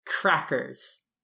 Crackers